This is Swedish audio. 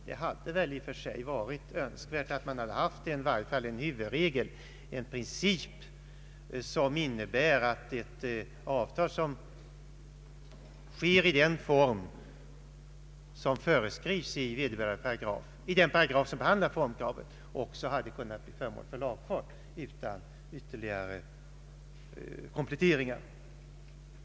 Det hade väl i varje fall varit önskvärt med en huvudregel, en princip som innebär att ett avtal som träffas i den form som föreskrivs i den paragraf där formkravet behandlas också hade kunnat bli föremål för lagfart utan ytterligare kompletteringar.